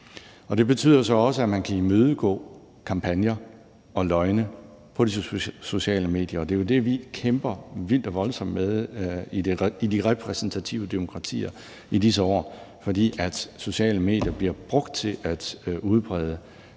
om. Det betyder så også, at man kan imødegå kampagner og løgne på de sociale medier, og det er jo det, vi kæmper vildt og voldsomt med i de repræsentative demokratier i disse år, fordi sociale medier bliver brugt til at udbrede